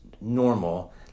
normal